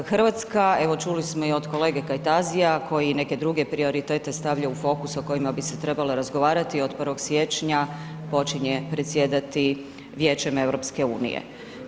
Hrvatska, evo čuli smo i od kolege Kajtazija koji neke druge prioritete stavlja u fokus o kojima bi se trebalo razgovarati, od 1. siječnja počinje predsjedati Vijeće EU-a.